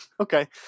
Okay